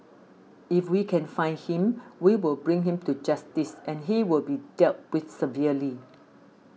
if we can find him we will bring him to justice and he will be dealt with severely